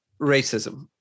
racism